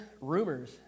rumors